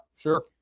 sure